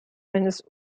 eines